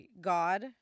god